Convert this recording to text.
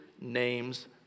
name's